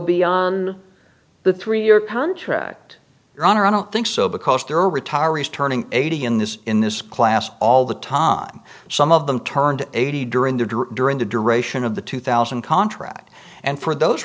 beyond the three year contract your honor i don't think so because there are retirees turning eighty in this in this class all the time some of them turned eighty during the during the duration of the two thousand contract and for those